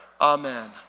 Amen